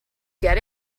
get